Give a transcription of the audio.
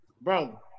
Bro